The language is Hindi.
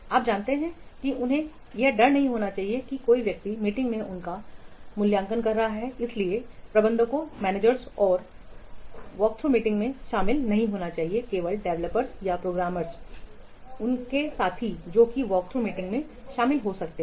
आप जानते हैं कि उन्हें यह डर नहीं होना चाहिए कि कोई व्यक्ति बैठक में उनका मूल्यांकन कर रहा है इसीलिए प्रबंधकों को वॉकथ्रू मीटिंग में शामिल नहीं होना चाहिए केवल डेवलपर्स या प्रोग्रामर उनके साथी जो वे वॉकथ्रू मीटिंग में शामिल हो सकते हैं